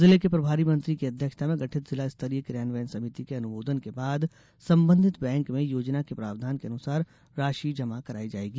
जिले के प्रभारी मंत्री की अध्यक्षता में गठित जिला स्तरीय क्रियान्वयन समिति के अनुमोदन के बाद संबंधित बैंक में योजना के प्रावधान के अनुसार राशि जमा कराई जायेगी